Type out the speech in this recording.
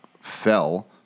fell